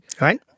right